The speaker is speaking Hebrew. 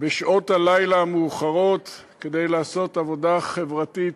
בשעות הלילה המאוחרות כדי לעשות עבודה חברתית,